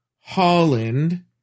Holland